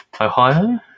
Ohio